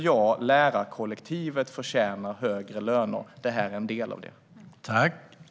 Ja, lärarkollektivet förtjänar högre löner. Det här är en del av det arbetet.